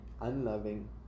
unloving